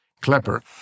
Klepper